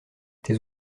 tes